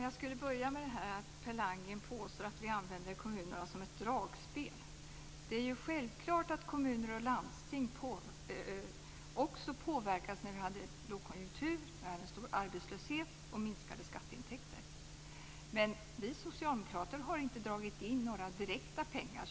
Fru talman! Per Landgren påstår att vi använder kommunerna som ett dragspel. Det är självklart att kommuner och landsting också påverkades när vi hade lågkonjunktur, en stor arbetslöshet och minskade skatteintäkter. Men vi socialdemokrater har inte dragit in några direkta pengar.